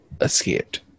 escaped